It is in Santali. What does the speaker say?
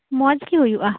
ᱢᱚᱡᱜᱤ ᱦᱩᱭᱩᱜᱼᱟ